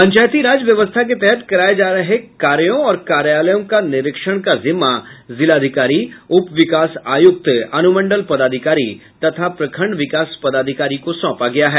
पंचायती राज व्यवस्था के तहत कराये जा कार्यों और कार्यालयों का निरीक्षण का जिम्मा जिलाधिकारी उपविकास आयुक्त अनुमंडल पदाधिकारी तथा प्रखंड विकास पदाधिकारी को सौंपा गया है